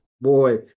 boy